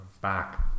back